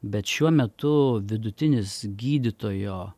bet šiuo metu vidutinis gydytojo